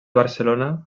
barcelona